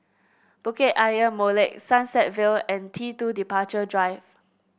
Bukit Ayer Molek Sunset Vale and T two Departure Drive